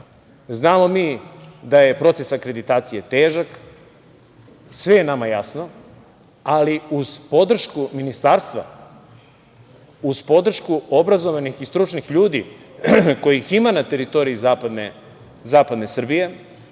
mi da je proces akreditacije težak, sve je nama jasno, ali uz podršku Ministarstva, uz podršku obrazovanih i stručnih ljudi, kojih ima na teritoriji zapadne Srbije,